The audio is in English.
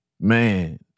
Man